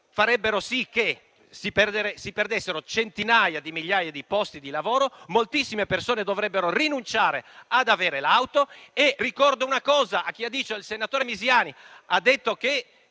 farebbero perdere centinaia di migliaia di posti di lavoro e moltissime persone dovrebbero rinunciare ad avere l'auto. Ricordo una cosa: il senatore Misiani ha detto che